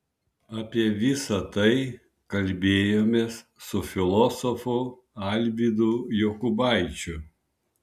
apie visa tai kalbėjomės su filosofu alvydu jokubaičiu